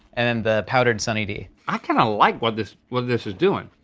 and the powdered sunny d. i kinda like what this what this is doing.